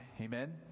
Amen